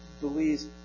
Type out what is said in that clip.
believes